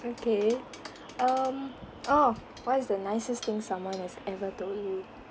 okay um oh what is the nicest thing someone has ever told you